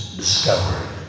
discovery